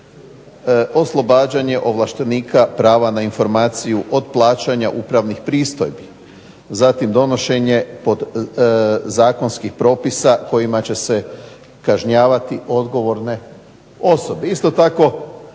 Oslobađanje ovlaštenika prava na informaciju od plaćanja upravnih pristojbi, zatim donošenje zakonskih propisa kojima će se kažnjavati odgovorne osobe. Isto tako